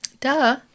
Duh